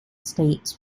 states